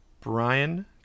brian